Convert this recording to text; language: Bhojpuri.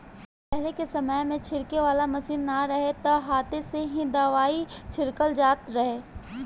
पहिले के समय में छिड़के वाला मशीन ना रहे त हाथे से ही दवाई छिड़कल जात रहे